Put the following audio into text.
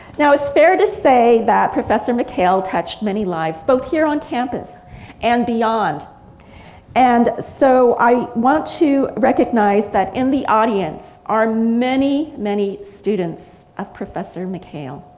now it's fair to say that professor mckayle touched many lives both here on campus and beyond and so i want to recognize that in the audience audience are many many students of professor mckayle.